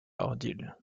ordeal